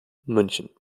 münchen